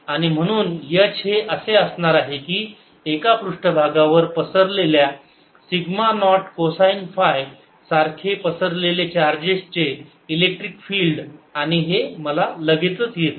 आणि म्हणून H हे असे असणार आहे की एका पृष्ठभागावर पसरलेल्या सिग्मा नॉट कोसाइन फाय सारखे पसरलेले चार्जेस चे इलेक्ट्रिक फिल्ड आणि हे मला लगेचच येते